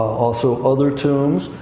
also, other tombs.